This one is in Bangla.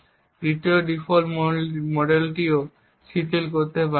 এবং 2য় ডিফল্ট মডেলটিও শিথিল করতে পারি